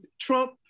Trump